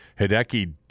Hideki